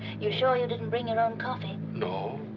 you sure you didn't bring your own coffee? no.